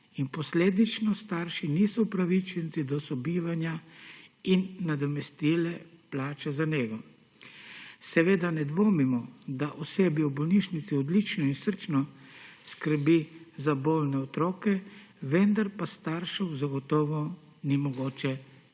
posledično starši niso upravičenci do sobivanja in nadomestil plače za nego. Seveda ne dvomimo o tem, da osebje v bolnišnici odlično in srčno skrbi za bolne otroke, vendar pa staršev zagotovo ni mogoče